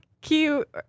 cute